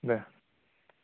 दे